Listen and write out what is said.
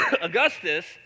Augustus